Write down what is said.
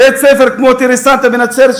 בית-ספר כמו "טרה סנטה" בנצרת,